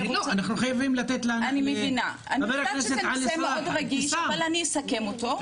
אני יודעת שזה נושא מאוד רגיש אבל אני אסכם אותו.